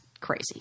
crazy